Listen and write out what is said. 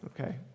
Okay